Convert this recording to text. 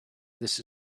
this